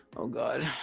oh god